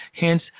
Hence